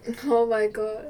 oh my god